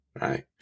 right